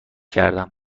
کردم